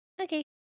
Okay